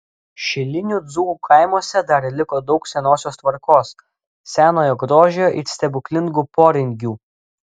šilinių dzūkų kaimuose dar liko daug senosios tvarkos senojo grožio ir stebuklingų poringių